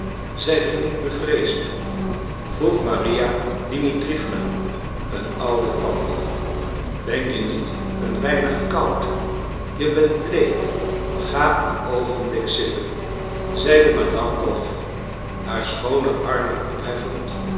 zijt ge niet bevreesd vroeg maria dimitriewna een oude tante ben je niet een weinig koud je bent bleek ga een oogenblik zitten zeide madame lwof haar schoone armen opheffend